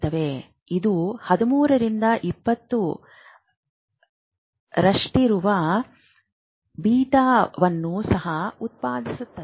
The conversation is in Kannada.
ಇದು 13 ರಿಂದ 20 ರಷ್ಟಿರುವ ಬೀಟಾವನ್ನು ಸಹ ಉತ್ಪಾದಿಸುತ್ತದೆ